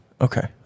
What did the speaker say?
Okay